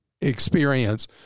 experience